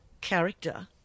character